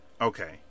Okay